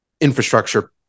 infrastructure